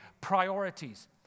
priorities